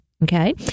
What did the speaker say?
Okay